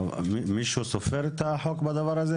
מישהו סופר את החוק בדבר הזה?